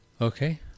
Okay